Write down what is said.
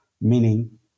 meaning